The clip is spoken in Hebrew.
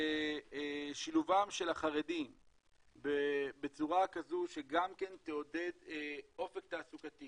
ושילובם של החרדים בצורה כזו שגם כן תעודד אופק תעסוקתי